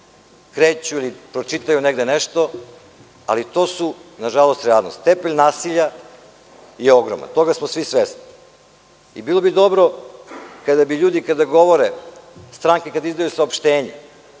kreću ili pročitaju negde nešto, ali to je na žalost realnost. Stepen nasilja je ogroman. Toga smo svi svesni. Bilo bi dobro kada bi ljudi kada govore, kada stranke izdaju saopštenja,